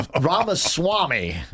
Ramaswamy